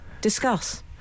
Discuss